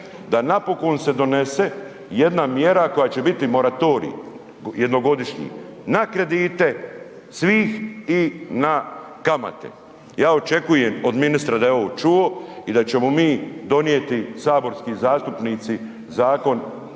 da napokon se donese jedna mjera koja će biti moratorij, jednogodišnji, na kredite svih i na kamate. Ja očekujem od ministra da je ovo čuo i da ćemo mi donijeti saborski zastupnici Zakon